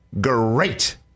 great